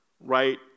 right